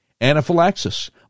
anaphylaxis